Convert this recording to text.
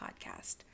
Podcast